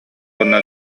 уонна